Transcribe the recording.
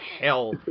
hell